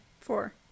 Four